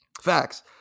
Facts